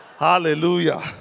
Hallelujah